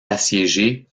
assiégés